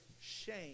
shame